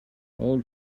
old